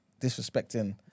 disrespecting